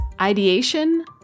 Ideation